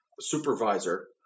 supervisor